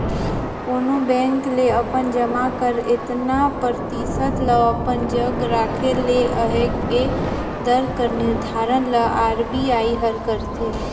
कोनो बेंक ल अपन जमा कर एतना परतिसत ल अपन जग राखे ले अहे ए दर कर निरधारन ल आर.बी.आई हर करथे